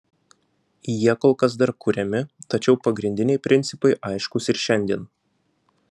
jie kol kas dar kuriami tačiau pagrindiniai principai aiškūs ir šiandien